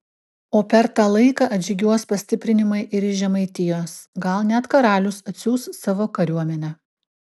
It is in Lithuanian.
o per tą laiką atžygiuos pastiprinimai ir iš žemaitijos gal net karalius atsiųs savo kariuomenę